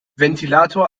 ventilator